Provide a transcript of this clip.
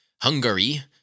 Hungary